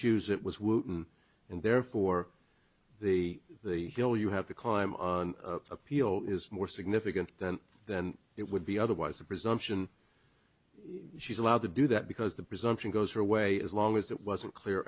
choose it was and therefore the the bill you have to climb on appeal is more significant than than it would be otherwise the presumption she's allowed to do that because the presumption goes away as long as it wasn't clear